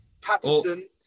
Patterson